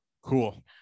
Cool